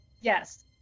Yes